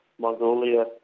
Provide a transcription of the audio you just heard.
Mongolia